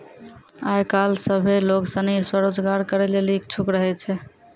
आय काइल सभ्भे लोग सनी स्वरोजगार करै लेली इच्छुक रहै छै